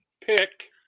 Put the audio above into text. pick